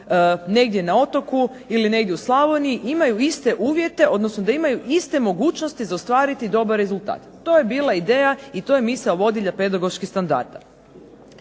negdje na otoku ili negdje u Slavoniji imaju iste uvjete, odnosno da imaju iste mogućnosti za ostvariti dobar rezultat. To je bila ideja i to je misao vodilja pedagoških standarda.